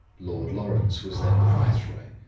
lord lawrence was then the viceroy,